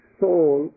soul